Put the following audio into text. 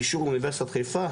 באישור אונ' חיפה.